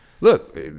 Look